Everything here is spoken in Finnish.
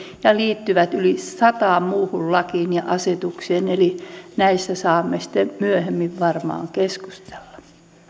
ja liittyvät yli sataan muuhun lakiin ja asetukseen eli näistä saamme sitten myöhemmin varmaan keskustella